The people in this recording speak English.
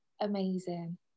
amazing